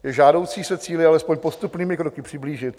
Je žádoucí se cíli alespoň postupnými kroky přiblížit.